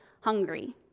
hungry